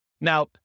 Now